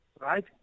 right